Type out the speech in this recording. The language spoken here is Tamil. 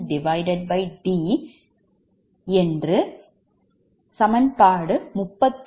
இது சமன்பாடு 34